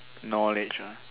knowledge ah